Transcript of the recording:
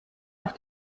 auf